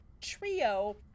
trio